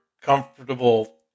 comfortable